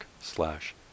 slash